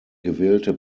gewählte